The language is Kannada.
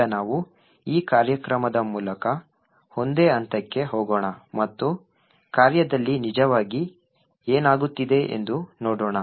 ಈಗ ನಾವು ಈ ಕಾರ್ಯಕ್ರಮದ ಮೂಲಕ ಒಂದೇ ಹಂತಕ್ಕೆ ಹೋಗೋಣ ಮತ್ತು ಕಾರ್ಯದಲ್ಲಿ ನಿಜವಾಗಿ ಏನಾಗುತ್ತಿದೆ ಎಂದು ನೋಡೋಣ